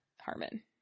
Harmon